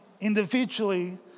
individually